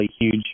huge